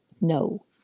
No